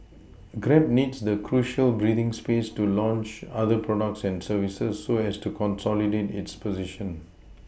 grab needs the crucial breathing space to launch other products and services so as to consolidate its position